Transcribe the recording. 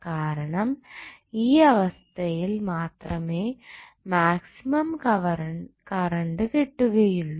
കാരണം ആ അവസ്ഥയിൽ മാത്രമേ മാക്സിമം കറണ്ട് കിട്ടുകയുള്ളൂ